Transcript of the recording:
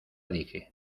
dije